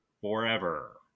Forever